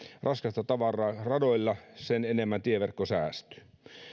raskasta tavaraa radoilla sen enemmän tieverkko säästyy